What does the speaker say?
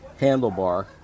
handlebar